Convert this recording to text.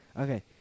Okay